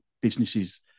businesses